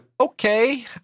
Okay